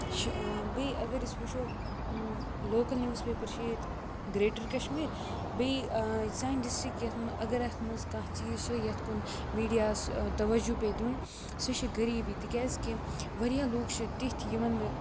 چھِ بیٚیہِ اگر أسۍ وٕچھو لوکَل نِوٕز پیپَر چھِ ییٚتہِ گرٛیٹَر کَشمیٖر بیٚیہِ سانہِ ڈِسٹِرٛک یَتھ مَ اگر اَتھ منٛز کانٛہہ چیٖز چھِ یَتھ کُن میٖڈیا ہَس تَوجُہ پیٚیہِ دیُٚن سُہ چھِ غریٖبی تِکیٛازِکہِ واریاہ لُکھ چھِ تِتھۍ یِمَن نہٕ